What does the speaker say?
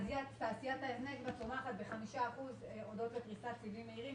שתעשיית ההזנק תצמח בה בחמישה אחוזים אודות לפריסת סיבים מהירה.